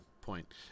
point